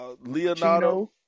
Leonardo